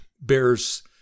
bears